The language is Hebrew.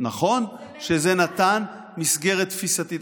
נכון שזה נתן מסגרת תפיסתית,